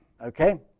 Okay